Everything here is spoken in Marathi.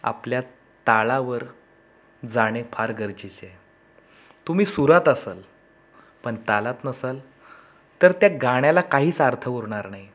आपल्या तालावर जाणे फार गरजेच आहे तुम्ही सुरात असाल पण तालात नसाल तर त्या गाण्याला काहीच अर्थ उरणार नाही